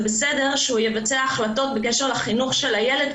בסדר שהוא יקבל החלטות בקשר לחינוך של הילד,